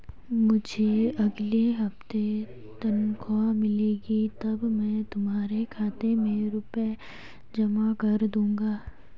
मुझे अगले हफ्ते तनख्वाह मिलेगी तब मैं तुम्हारे खाते में रुपए जमा कर दूंगा